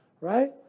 right